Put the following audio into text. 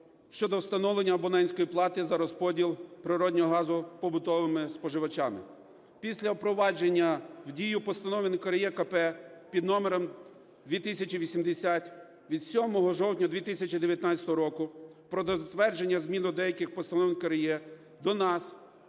щодо встановлення абонентської плати за розподіл природного газу побутовими споживачами. Після впровадження в дію Постанови НКРЕКП під номером 2080 від 7 жовтня 2019 року про затвердження змін до деяких постанов НКРЕ, до нас,